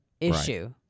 issue